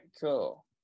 cool